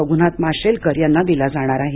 रघ्नाथ माशेलकर यांना दिला जाणार आहे